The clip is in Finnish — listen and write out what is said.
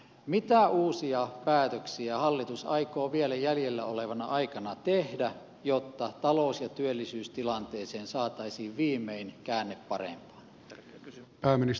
mitä uusia päätöksiä hallitus aikoo vielä jäljellä olevana aikana tehdä jotta talous ja työllisyystilanteeseen saataisiin viimein käänne parempaan